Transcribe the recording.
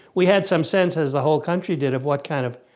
we had some sense as the whole country did of what kind of